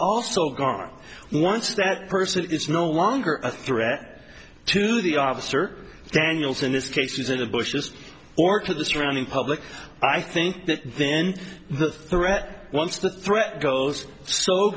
also gone once that person is no longer a threat to the officer daniels in this case is in the bushes or to the surrounding public i think that then the threat once the threat goes so